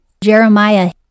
Jeremiah